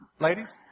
ladies